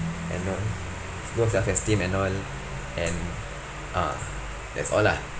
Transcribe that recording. and all low self esteem and all and uh that's all lah